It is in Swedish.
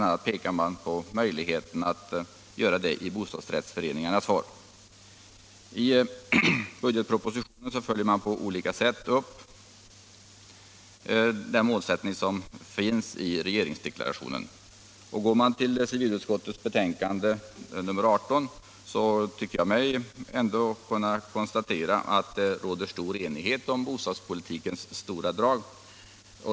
a. pekar man på möjligheten att göra det i bostadsrättsföreningarnas form. I budgetpropositionen följer man på olika sätt upp målsättningen i regeringsdeklarationen. I civilutskottets betänkande nr 18 tycker jag mig kunna konstatera att det råder stor enighet om bostadspolitikens stora drag.